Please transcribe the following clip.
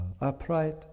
upright